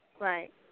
right